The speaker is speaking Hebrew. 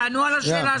תענו על השאלה.